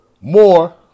more